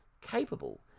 capable